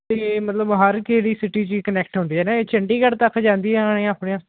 ਅਤੇ ਮਤਲਬ ਹਰ ਕਿਹੜੀ ਸੀਟੀ 'ਚ ਹੀ ਕਨੈਕਟ ਹੁੰਦੀ ਹੈ ਨਾ ਇਹ ਚੰਡੀਗੜ੍ਹ ਤੱਕ ਜਾਂਦੀਆਂ ਹੋਣੀਆਂ ਆਪਣੀਆਂ